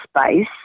space